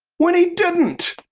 when he didn't.